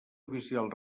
oficial